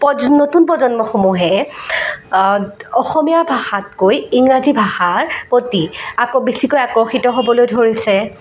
pause নতুন প্ৰজন্মসমূহে অসমীয়া ভাষাতকৈ ইংৰাজী ভাষাৰ প্ৰতি আকৌ বেছিকৈ আকৰ্ষিত হ'বলৈ ধৰিছে